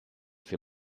für